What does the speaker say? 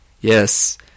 Yes